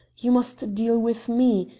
you must deal with me,